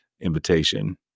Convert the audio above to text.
invitation